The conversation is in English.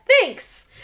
Thanks